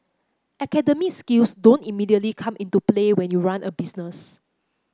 academic skills don't immediately come into play when you run a business